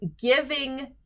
giving